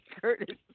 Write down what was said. Curtis